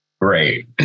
Great